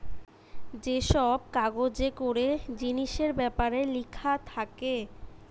যে সব কাগজে করে জিনিসের বেপারে লিখা থাকে